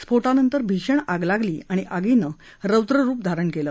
स्फोटानंतर भीषण आग लागली आणि आगीनं रौद्ररुप धारण केलं